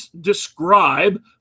describe